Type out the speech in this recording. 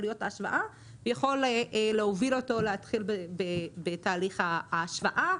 עלויות ההשוואה ויכול להוביל אותו להתחיל בתהליך ההשוואה,